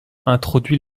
introduit